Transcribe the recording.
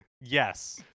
Yes